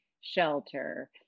shelter